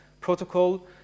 protocol